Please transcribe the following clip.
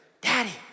Daddy